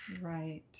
right